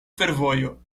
fervojo